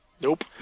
Nope